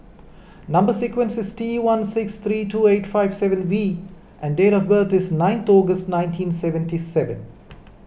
Number Sequence is T one six three two eight five seven V and date of birth is nine August nineteen seventy seven